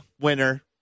winner